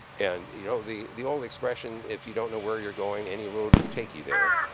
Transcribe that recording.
and, you know, the the old expression, if you don't know where you're going, any road will take you there,